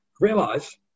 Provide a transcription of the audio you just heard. realize